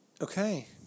Okay